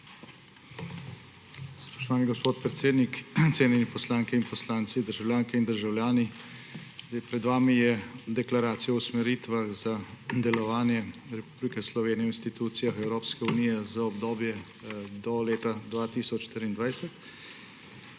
Spoštovani gospod predsednik, cenjeni poslanke in poslanci, državljanke in državljani! Pred vami je deklaracija o usmeritvah za delovanje Republike Slovenije v institucijah Evropske unije za obdobje do leta 2024.